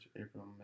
April